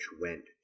went